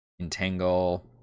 Entangle